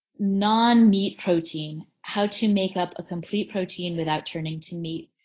non-meat protein, how to make up a complete protein without turning to meat.